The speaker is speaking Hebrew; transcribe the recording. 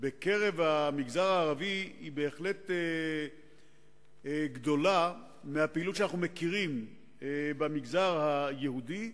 בקרב המגזר הערבי היא בהחלט גדולה מהפעילות שאנחנו מכירים במגזר היהודי.